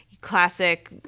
classic